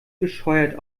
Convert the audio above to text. bescheuert